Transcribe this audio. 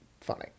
funny